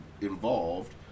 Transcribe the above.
involved